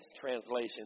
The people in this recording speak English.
translation